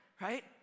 right